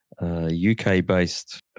UK-based